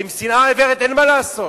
ועם שנאה עיוורת אין מה לעשות,